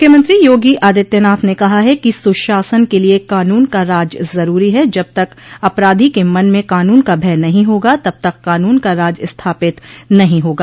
मुख्यमंत्री योगी आदित्यनाथ न कहा है कि सुशासन के लिये कानून का राज जरूरी है जब तक अपराधी के मन में कानून का भय नहीं होगा तब तक कानून का राज स्थापित नहीं होगा